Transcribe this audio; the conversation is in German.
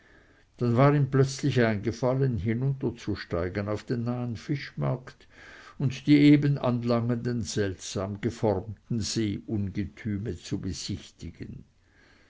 dann war ihm plötzlich eingefallen hinunterzusteigen auf den nahen fischmarkt und die eben anlangenden seltsam geformten seeungetüme zu besichtigen